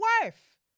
wife